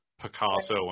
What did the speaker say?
Picasso